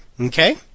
Okay